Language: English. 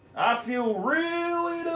i feel really and